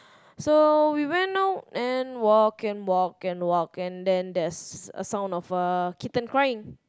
so we went out and walk and walk and walk and then there's a sound of a kitten crying